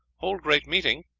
hold great meeting,